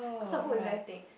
cause the book is very thick